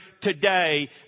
today